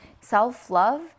Self-love